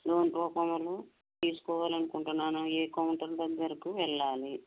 loan రూపంలో తీసుకోవాలనుకుంటున్నాను ఏ కౌంటర్ దగ్గరకు వెళ్ళాలి